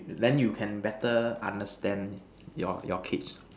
then you can better understand your your kid